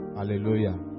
Hallelujah